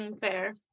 fair